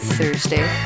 Thursday